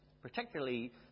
particularly